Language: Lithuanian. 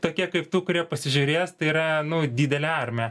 tokie kaip tu kurie pasižiūrės tai yra nu didelė armija